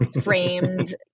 framed